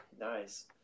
nice